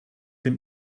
dem